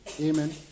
Amen